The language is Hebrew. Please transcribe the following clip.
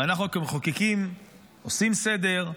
ואנחנו כמחוקקים עושים סדר,